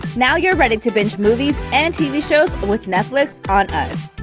now you're ready to binge movies and tv shows with netflix on us.